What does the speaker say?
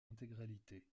intégralité